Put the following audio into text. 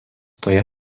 toje